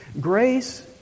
Grace